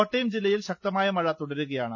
കോട്ടയം ജില്ലയിൽ ശക്തമായ മഴ തുടരുകയാണ്